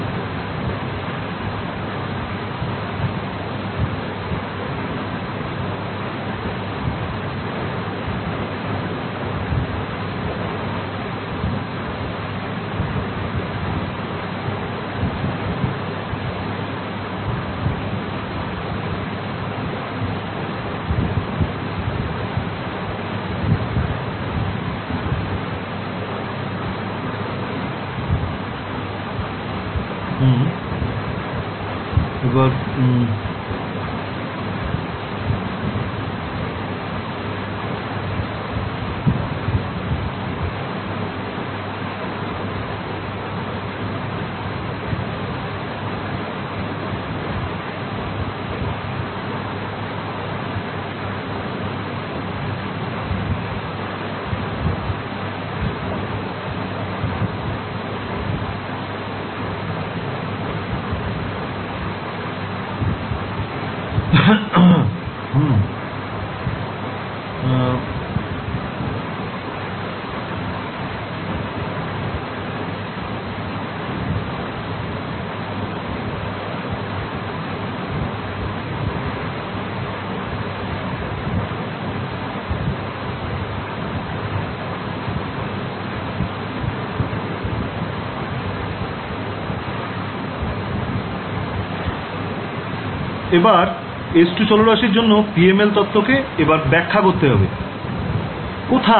এবার s2 চলরাশির জন্য PML তত্ত্ব কে এবার ব্যখ্যা করতে হবে কোথায়